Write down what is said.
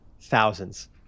thousands